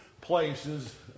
places